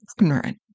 ignorant